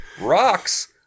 Rocks